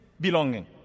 belonging